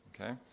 Okay